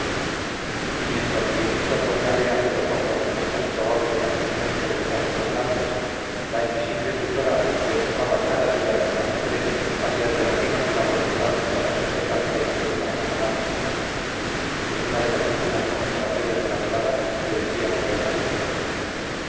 y mientras miguelito poníale ante los ojos estas probables contingencias de trágicos lances la invisible tutora le empujaba cada día con más apremio hacia el remolino que la voluntad y la pasión de calpena iban formando en una de las últimas comunicaciones de la velada le decía entre otras cosas